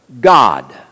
God